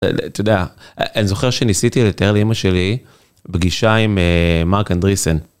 אתה יודע, אני זוכר שניסיתי לתאר לאמא שלי פגישה עם מארק אנדריסן.